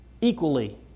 equally